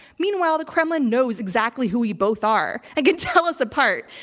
meanwhile, the kremlin knows exactly who we both are. i can tell us apart.